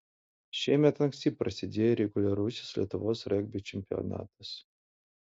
šiemet anksti prasidėjo reguliarusis lietuvos regbio čempionatas